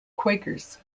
quakers